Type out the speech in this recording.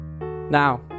Now